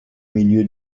milieu